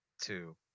two